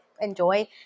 enjoy